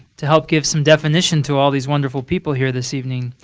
to help give some definition to all these wonderful people here this evening,